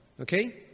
Okay